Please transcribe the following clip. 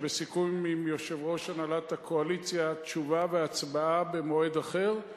שבסיכום עם יושב-ראש הנהלת הקואליציה תשובה והצבעה במועד אחר.